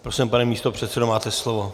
Prosím, pane místopředsedo, máte slovo.